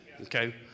Okay